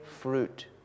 fruit